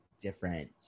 different